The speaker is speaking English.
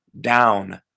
down